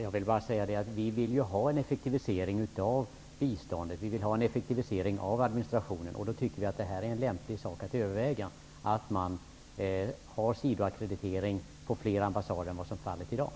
Herr talman! Vi vill ha en effektivisering både av biståndet och av administrationen. I det läget tycker vi att det är lämpligt att överväga en sidoackreditering på fler ambassader än som i dag är fallet.